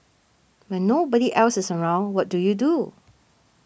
when nobody else is around what do you do